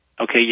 okay